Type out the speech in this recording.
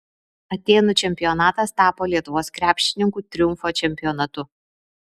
atėnų čempionatas tapo lietuvos krepšininkų triumfo čempionatu